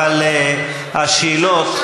אבל השאלות,